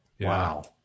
Wow